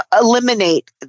eliminate